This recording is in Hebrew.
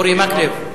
אורי מקלב.